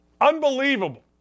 Unbelievable